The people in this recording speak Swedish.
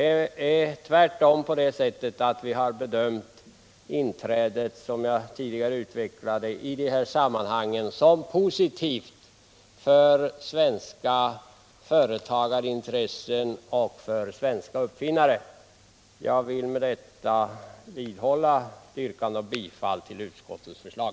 Tvärtom har vi bedömt detta inträde som positivt för svenska företagarintressen och för svenska uppfinnare. Herr talman! Jag vill med detta vidhålla yrkandet om bifall till utskottets förslag.